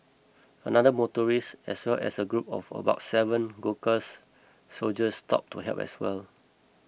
another motorist as well as a group of about seven Gurkha soldiers stopped to help as well